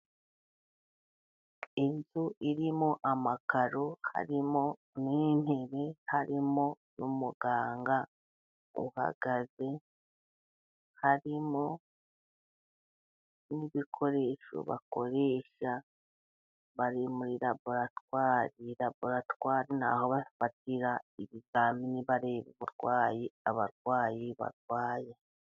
Inzu irimo amakaro, harimo n'intebe, harimo n'umuganga uhagaze, harimo n'ibikoresho bakoresha bari muri laboratwari, laboratware n'aho bafatira ibizami bareba uburwayi abarwayi barwaye.